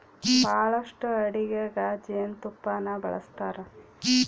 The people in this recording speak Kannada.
ಬಹಳಷ್ಟು ಅಡಿಗೆಗ ಜೇನುತುಪ್ಪನ್ನ ಬಳಸ್ತಾರ